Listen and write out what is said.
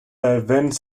events